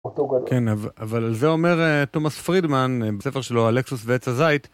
כן, אבל זה אומר תומס פרידמן בספר שלו על לקסוס ועץ הזית.